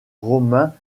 romain